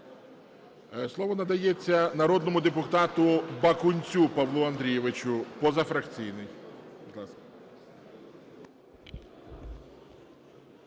Слово надається народному депутату Бакунцю Павлу Андрійовичу, позафракційний.